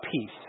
peace